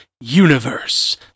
universe